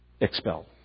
expelled